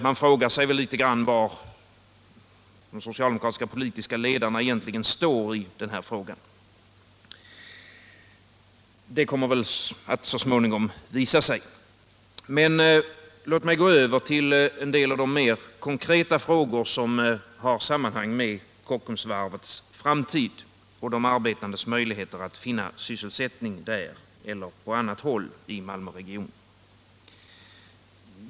Man undrar därför var de socialdemokratiska politiska ledarna egentligen står i den här frågan, men detta kommer väl att så småningom visa sig. Låt mig så gå över till de mer konkreta frågor som har sammanhang med Kockumsvarvets framtid och de arbetandes möjligheter att finna sysselsättning där eller på annat håll inom Malmöregionen.